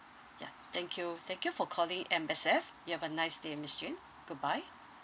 ya thank you thank you for calling M_S_F you have a nice day uh miss jane goodbye